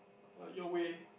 your way